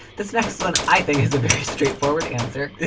this next one i think has a very straightforward answer.